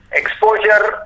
exposure